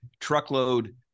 truckload